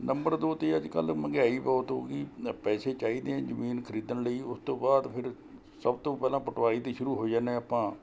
number ਦੋ 'ਤੇ ਅੱਜ ਕੱਲ੍ਹ ਮੰਗਿਆਈ ਬਹੁਤ ਹੋ ਗਈ ਪੈਸੇ ਚਾਹੀਦੇ ਹੈ ਜ਼ਮੀਨ ਖਰੀਦਣ ਲਈ ਉਸ ਤੋਂ ਬਾਅਦ ਫਿਰ ਸਭ ਤੋਂ ਪਹਿਲਾਂ ਪਟਵਾਰੀ ਤੋਂ ਸ਼ੁਰੂ ਹੋ ਜਾਂਦੇ ਆਪਾਂ